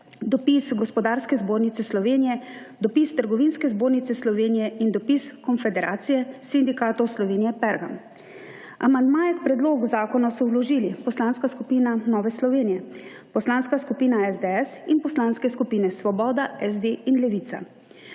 dopis Gospodarske zbornice Slovenije, dopis Trgovinske zbornice Slovenije in dopis Konfederacije sindikatov Slovenije PERGAM. Amandmaje k Predlogu zakona so vložili: Poslanska skupina Nove Slovenije, Poslanska skupina SDS in poslanske skupine Svoboda, SD in Levica.